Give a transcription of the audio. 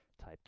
type